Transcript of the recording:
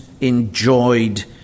enjoyed